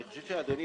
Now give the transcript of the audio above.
אני חושב שאדוני